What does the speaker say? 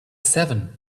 seven